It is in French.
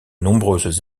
nombreuses